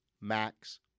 Max